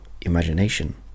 imagination